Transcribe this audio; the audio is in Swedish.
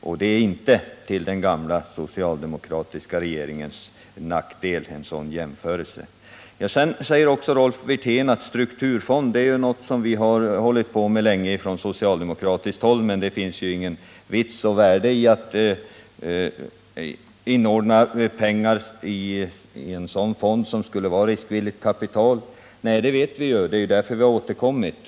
Och en sådan jämförelse utfaller inte till den gamla socialdemokratiska regeringens nackdel. Rolf Wirtén säger också att strukturfond är något som vi har talat om länge från socialdemokratiskt håll, men det är ju ingen vits med att inordna pengar i en sådan fond, som skulle ge riskvilligt kapital. Vi har återkommit till den frågan.